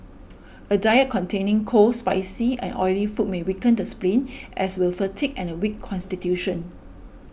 a diet containing cold spicy and oily food may weaken the spleen as will fatigue and a weak constitution